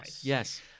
Yes